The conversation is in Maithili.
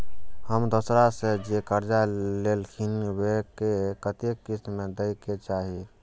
हम दोसरा से जे कर्जा लेलखिन वे के कतेक किस्त में दे के चाही?